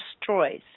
destroys